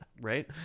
right